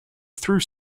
through